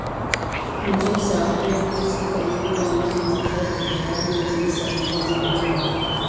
मुझे सागरीय कृषि करने का मन है पर बिहार में ये संभव नहीं है